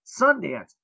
Sundance